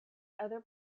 other